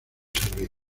servir